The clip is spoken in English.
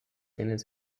winners